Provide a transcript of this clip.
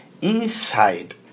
inside